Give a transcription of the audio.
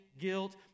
guilt